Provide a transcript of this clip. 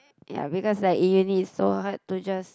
ya because like in uni it's so hard to just